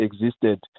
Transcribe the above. existed